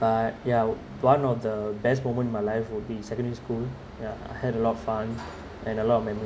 but yeah one of the best moment my life would be secondary school yeah I had a lot of fun and a lot of memories